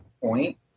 point